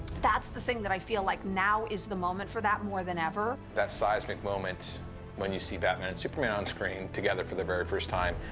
that's the thing that i feel like now is the moment for that, more than ever. johns that seismic moment when you see batman and superman on screen, together for the very first time,